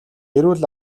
эрүүл